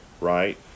right